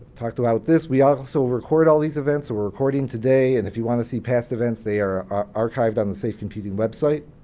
talked about this. we also record all these events. we're recording today. and if you want to see past events, they are archived on the safe computing website.